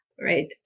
right